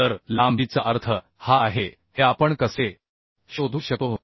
तर लांबीचा अर्थ हा आहे हे आपण कसेशोधू शकतो